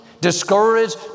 discouraged